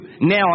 Now